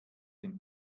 den